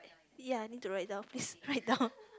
ya need to write down please write down